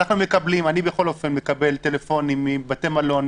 אני בכל אופן מקבל טלפונים מבתי מלון,